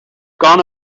gone